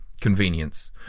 convenience